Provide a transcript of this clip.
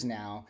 now